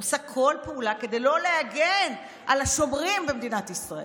עושה כל פעולה כדי לא להגן על השומרים במדינת ישראל?